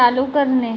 चालू करणे